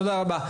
תודה רבה.